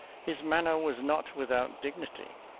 his manner was not without dignity.